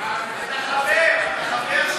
אתה חבר, אתה חבר שם.